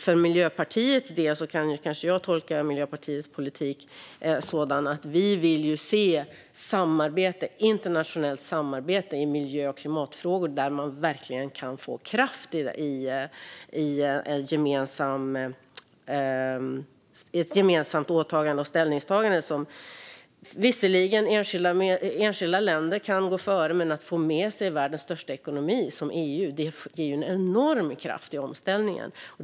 För Miljöpartiets del kan jag kanske tolka partiets politik som att Miljöpartiet vill se internationellt samarbete i miljö och klimatfrågor där man verkligen kan få kraft i ett gemensamt åtagande och ställningstagande. Enskilda länder kan visserligen gå före, men att få med sig världens största ekonomi, som EU är, ger en enorm kraft i omställningen.